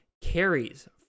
carries